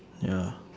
ya